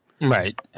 Right